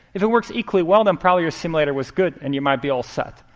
if it works equally well, then probably your simulator was good, and you might be all set.